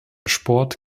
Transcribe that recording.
sport